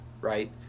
Right